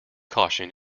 caution